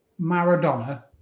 maradona